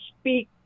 speak